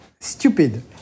stupid